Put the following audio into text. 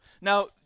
now